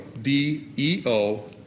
D-E-O